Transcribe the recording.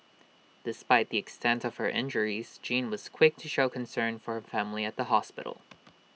despite the extent of her injures Jean was quick to show concern for her family at the hospital